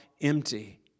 empty